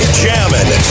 jamming